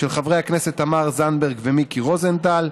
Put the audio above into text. של חברי הכנסת תמר זנדברג ומיקי רוזנטל,